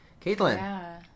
Caitlin